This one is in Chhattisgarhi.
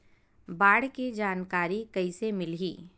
बाढ़ के जानकारी कइसे मिलही?